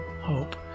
hope